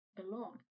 belong